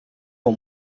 one